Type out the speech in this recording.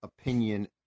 opinion